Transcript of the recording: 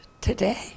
today